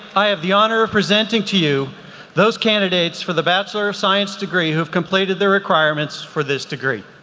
i have the honor of presenting to you those candidates for the bachelor of science degree who have completed the requirements for this degree.